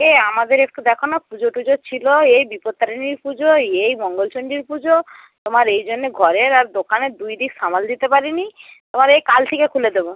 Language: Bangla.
এই আমাদের একটু দ্যাখো না পুজো টুজো ছিল এই বিপত্তারিণীর পুজো এই মঙ্গলচণ্ডীর পুজো তোমার এই জন্যে ঘরের আর দোকানের দুই দিক সামাল দিতে পারিনি এবার এই কাল থেকে খুলে দেবো